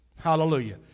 Hallelujah